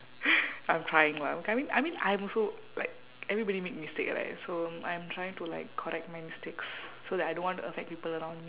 I'm trying lah okay I mean I mean I'm also like everybody make mistake right so I'm trying to like correct my mistakes so that I don't want to affect people around me